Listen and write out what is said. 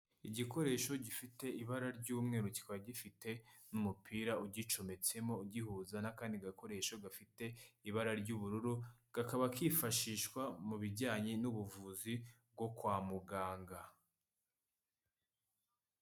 Igikoresho gifite ibara ry'umweru, kikaba gifite n'umupira ugicometsemo ugihuza n'akandi gakoresho gafite ibara ry'ubururu, kakaba kifashishwa mu bijyanye n'ubuvuzi bwo kwa muganga.